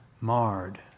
Marred